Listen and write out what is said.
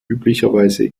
üblicherweise